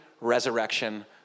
resurrection